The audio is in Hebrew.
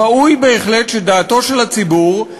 ראוי בהחלט שדעתו של הציבור,